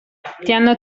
hanno